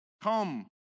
come